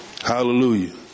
Hallelujah